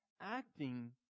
acting